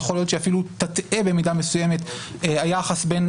אלא יכול להיות שהיא אפילו תטעה במידה מסוימת ביחס בין